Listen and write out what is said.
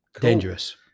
Dangerous